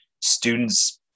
students